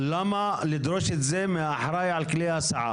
אנחנו נחסוך להם את הטיסה ואת כל הבלגן כאן בארץ,